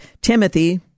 Timothy